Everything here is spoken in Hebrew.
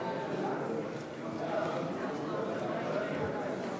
ההצעה להעביר את הצעת חוק הבטחת הכנסה (תיקון,